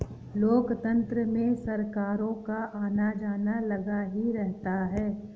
लोकतंत्र में सरकारों का आना जाना लगा ही रहता है